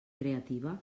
creativa